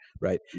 right